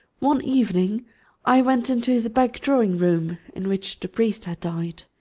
one evening i went into the back drawing-room in which the priest had died.